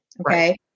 okay